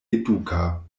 eduka